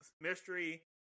Mystery